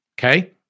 Okay